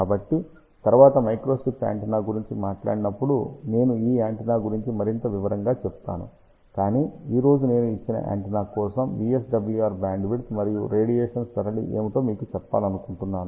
కాబట్టి తరువాత microstrip antenna గురించి మాట్లాడినప్పుడు నేను ఈ యాంటెన్నా గురించి మరింత వివరంగా చెపుతాను కాని ఈ రోజు నేను ఇచ్చిన యాంటెన్నా కోసం VSWR బ్యాండ్విడ్త్ మరియు రేడియేషన్ సరళి ఏమిటో మీకు చెప్పాలనుకుంటున్నాను